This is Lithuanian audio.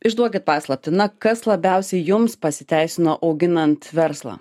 išduokit paslaptį na kas labiausiai jums pasiteisino auginant verslą